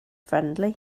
friendly